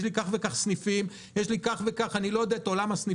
יש לי כך וכך סניפים אני לא כל כך מכיר את עולם הסניפים,